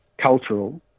cultural